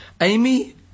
Amy